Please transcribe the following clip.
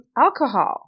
alcohol